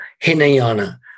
Hinayana